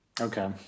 Okay